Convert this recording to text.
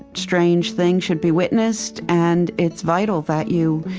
and strange thing should be witnessed, and it's vital that you,